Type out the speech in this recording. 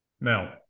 now